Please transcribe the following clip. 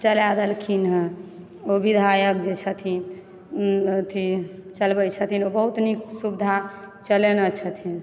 चलाइ देलखिन हँ ओ विधायक जे छथिन अथी चलबय छथिन ओ बहुत नीक सुविधा चलेने छथिन